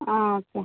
ആ ഓക്കെ